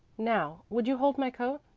now, would you hold my coat?